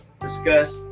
discuss